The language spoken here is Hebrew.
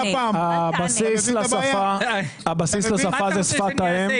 הבסיס לשפה זה שפת האם.